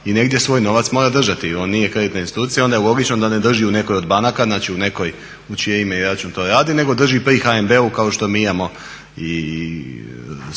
i negdje svoj novac mora držati, i on nije kreditna institucija, onda je logično da ne drži u nekoj od banaka, znači u nekoj u čije ime i račun to radi nego drži pri HNB-u kao što mi imamo i svoj